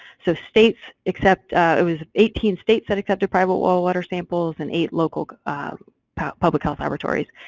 so states, except it was eighteen states that accepted private well water samples and eight local public health laboratories,